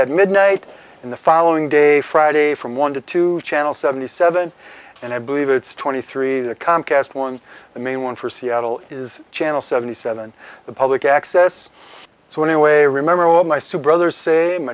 at midnight in the following day friday from one to two channel seventy seven and i believe it's twenty three the comcast one the main one for seattle is channel seventy seven the public access so anyway remember all my sue brother same